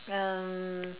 um